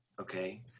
okay